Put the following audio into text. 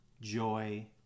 joy